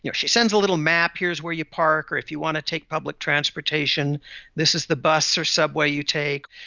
you know she sends a little map here's where you park or if you want to take public transportation this is the bus or subway you take.